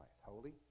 Holy